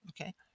okay